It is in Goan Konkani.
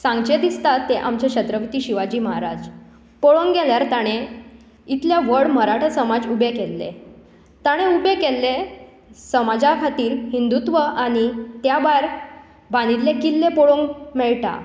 सांगचें दिसता तें आमचे छत्रपती शिवाजी महाराज पळोवंक गेल्यार ताणें इतलें व्हड मराठा समाज उबे केल्ले ताणें उबे केल्ले समाजा खातीर हिंदुत्व आनी त्या भायर बांदिल्ले किल्ले पळोवंक मेळटा